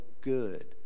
good